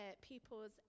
people's